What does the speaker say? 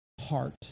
heart